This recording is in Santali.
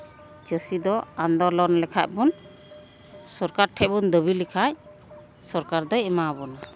ᱪᱟᱹᱥᱤ ᱫᱚ ᱟᱱᱫᱳᱞᱚᱱ ᱞᱮᱠᱷᱟᱱ ᱵᱚᱱ ᱥᱚᱨᱠᱟᱨ ᱴᱷᱮᱱ ᱵᱚᱱ ᱫᱟᱹᱵᱤ ᱞᱮᱠᱷᱟᱢ ᱥᱚᱨᱠᱟᱨ ᱫᱚᱭ ᱮᱢᱟ ᱵᱚᱱᱟ